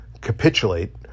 capitulate